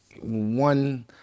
one